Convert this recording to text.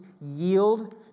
yield